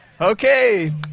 Okay